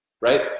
right